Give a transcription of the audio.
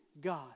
God